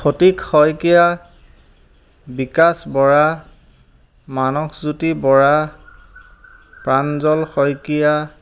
Phatik Saikia Bikash Bora Manasjyoti Bora Pranjal Saikia